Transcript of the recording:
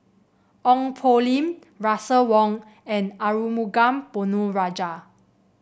Ong Poh Lim Russel Wong and Arumugam Ponnu Rajah